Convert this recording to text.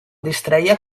distreia